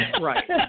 Right